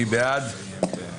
אי אפשר לטרלל את הוועדה.